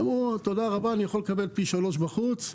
אמרו, תודה רבה, אני יכול לקבל פי שלושה בחוץ.